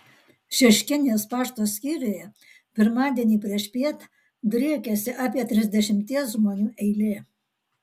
šeškinės pašto skyriuje pirmadienį priešpiet driekėsi apie trisdešimties žmonių eilė